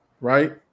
Right